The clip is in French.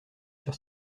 sur